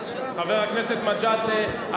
חבר הכנסת מג'אדלה.